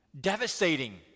devastating